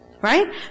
right